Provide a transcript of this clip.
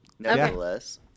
nevertheless